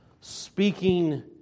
speaking